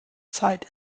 zeit